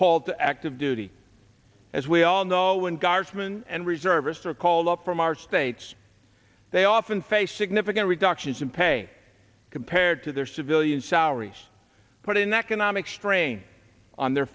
called to active duty as we all know when guardsman and reservists are called up from our states they often face significant reductions in pay compared to their civilian sour he's put in economic strain on their